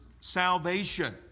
salvation